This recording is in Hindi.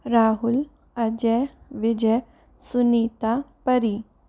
राहुल अजय विजय सुनीता परी